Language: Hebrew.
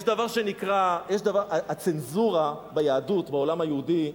יש דבר שנקרא, הצנזורה ביהדות, בעולם היהודי,